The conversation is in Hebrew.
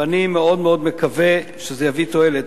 ואני מאוד מאוד מקווה שזה יביא תועלת.